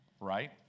Right